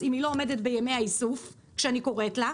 אם היא לא עומדת בימי האיסוף כשאני קוראת לה,